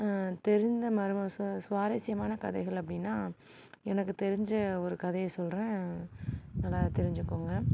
தெரிந்த சுவாரசியமான கதைகள் அப்படின்னா எனக்கு தெரிஞ்ச ஒரு கதையை சொல்கிறேன் நல்லா தெரிஞ்சுக்கோங்க